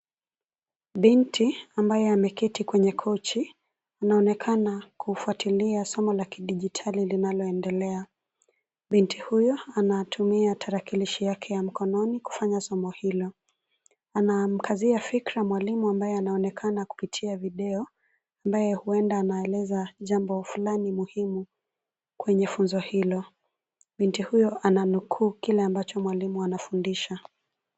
Binti ambaye ameketi kwenye kochi anaonekana kufuatilia somo la kidijitali linaloendelea. Binti huyu anatumia tarakilishi yake ya mkononi kufanya somo hilo. Anamkazia fikra mwalimu ambaye anaonekana kupitia video, ambayo huenda anaeleza jambo fulani muhimu kwenye funzo hilo . Binti huyo ananukuu kile ambacho mwalimu anafundisha.